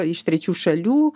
iš trečių šalių